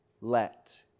let